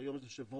שהיום זה 'שברון',